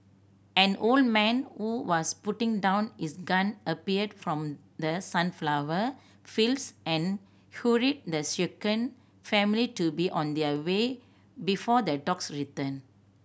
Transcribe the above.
an old man who was putting down his gun appeared from the sunflower fields and the shaken family to be on their way before the dogs return